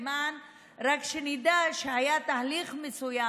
רק שנדע שהיה תהליך מסוים.